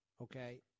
okay